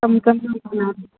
चमकंदड़ न हुजनि